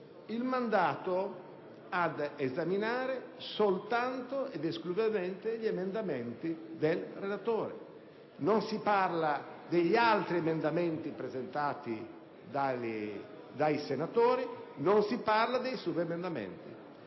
il mandato ad esaminare soltanto ed esclusivamente gli emendamenti del relatore: non si parla né degli altri emendamenti presentati dai senatori, nè dei subemendamenti.